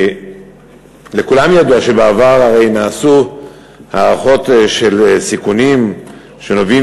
ולכולם ידוע שבעבר הרי נעשו הערכות של סיכונים שנובעים